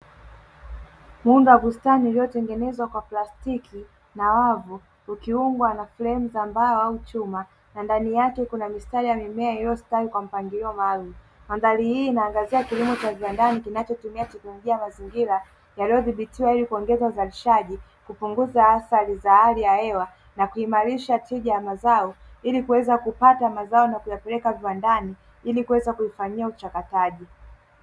Miundo wa bustani uliotengenezwa kwa plastiki na wavu ukiungwa na fremu za mbao au chuma ndani yake Kuna mimea iliyositawi mimea kwa mpangilio maalumu, mandhari hii inaangazia kilimo Cha binadamu kinachotumia tekinolojia ya mazingira iliyodhibitiwa ili kuongeza uzalishaji kupunguza athari za hali ya hewa, na kupunguza uharibibifu wa mazao ili kupeleka viwandani ili kuweza kufanyiwa uchakataji.